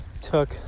took